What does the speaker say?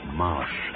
marsh